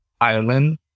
Ireland